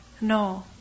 No